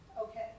Okay